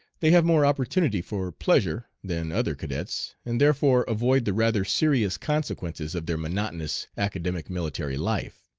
they have more opportunity for pleasure than other cadets, and therefore avoid the rather serious consequences of their monotonous academic military life.